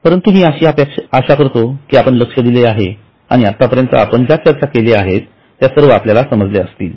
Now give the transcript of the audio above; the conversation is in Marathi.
परंतु मी आशा करतो की आपण लक्ष दिले आहे आणि आतापर्यंत आपण ज्या चर्चा केल्या त्या आपल्याला समजल्या असतील